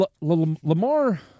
Lamar